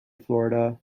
florida